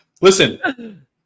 Listen